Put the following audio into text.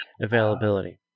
availability